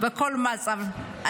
בכל מצב.